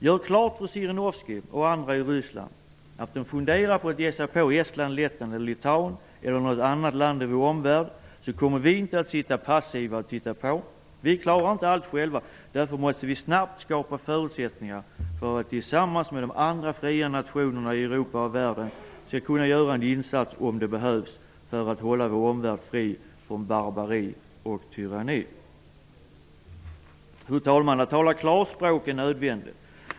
Gör klart för Zjirinovskij och andra i Ryssland, att om de funderar på att ge sig på Estland, Lettland eller Litauen eller något annat land i vår omvärld, kommer vi inte att sitta passiva och titta på. Vi klarar inte allt själva. Därför måste vi snabbt skapa förutsättningar för att vi tillsammans med de andra fria nationerna i Europa och världen skall kunna gör en insats, om det behövs för att hålla vår omvärld fri från barbari och tyranni. Fru talman! Att tala klarspråk är nödvändigt.